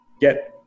get